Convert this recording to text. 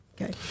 Okay